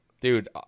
Dude